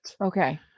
Okay